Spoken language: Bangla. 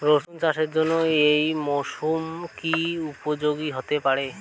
রসুন চাষের জন্য এই মরসুম কি উপযোগী হতে পারে?